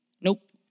Nope